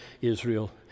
Israel